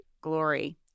Glory